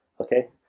okay